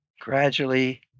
gradually